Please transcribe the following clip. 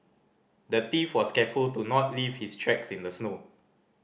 the thief was careful to not leave his tracks in the snow